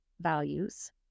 values